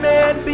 Man